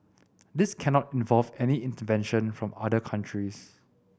this cannot involve any intervention from other countries